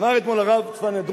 אמר אתמול הרב צפניה דרורי,